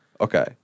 Okay